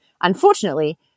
Unfortunately